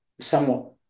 somewhat